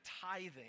tithing